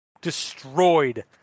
destroyed